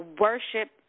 worship